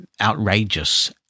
outrageous